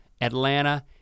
Atlanta